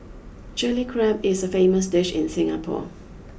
Chilli Crab is a famous dish in Singapore